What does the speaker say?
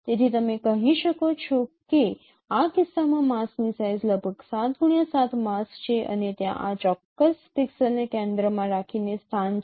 તેથી તમે કહી શકો છો કે આ કિસ્સામાં માસ્કની સાઇઝ લગભગ 7x7 માસ્ક છે અને ત્યાં આ ચોક્કસ પિક્સેલને કેન્દ્રમાં રાખીને સ્થાન છે